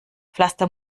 pflaster